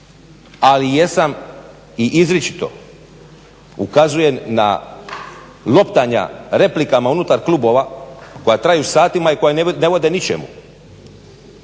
ali jesam i izričito ukazujem na loptanja replikama unutar klubova koja traju satima i koja ne vode ničemu.